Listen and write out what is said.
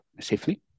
safely